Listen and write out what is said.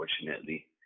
unfortunately